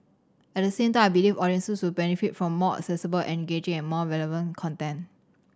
at the same time I believe audiences will benefit from more accessible engaging and more relevant content